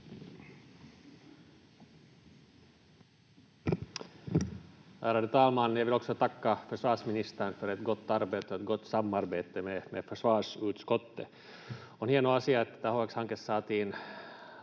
Ärade talman! Jag vill också tacka försvarsministern för ett gott arbete och ett gott samarbete med försvarsutskottet. On hieno asia, että tämä HX-hanke saatiin